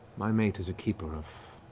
my mate is a keeper of